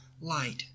light